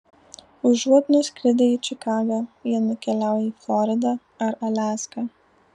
užuot nuskridę į čikagą jie nukeliauja į floridą ar aliaską